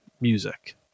music